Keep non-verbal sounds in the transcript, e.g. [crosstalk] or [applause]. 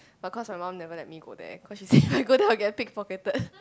but cause my mum never let me go there cause she say [laughs] if I go there I will get pick-pocketed